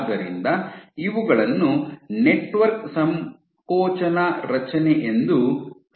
ಆದ್ದರಿಂದ ಇವುಗಳನ್ನು ನೆಟ್ವರ್ಕ್ ಸಂಕೋಚನ ರಚನೆ ಎಂದು ಕರೆಯಲಾಗುತ್ತದೆ